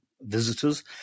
visitors